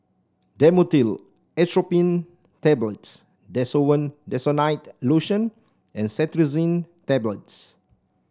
Dhamotil Atropine Tablets Desowen Desonide Lotion and Cetirizine Tablets